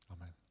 Amen